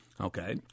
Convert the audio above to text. Okay